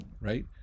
right